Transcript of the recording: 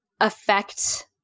affect